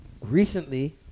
recently